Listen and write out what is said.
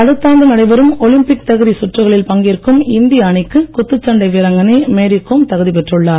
சீனாவில் அடுத்தாண்டு நடைபெறும் ஒலிம்பிக் தகுதி சுற்றுகளில் பங்கேற்கும் இந்திய அணிக்கு குத்துச்சண்டை வீராங்கனை மேரி கோம் தகுதி பெற்றுள்ளார்